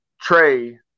Trey